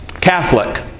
Catholic